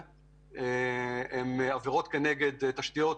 הם כתבי אישום בגין עבירות כנגד תשתיות.